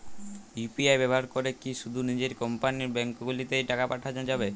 UPI ব্যবহার করে কি শুধু নিজের কোম্পানীর ব্যাংকগুলিতেই টাকা পাঠানো যাবে?